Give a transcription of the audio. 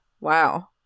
Wow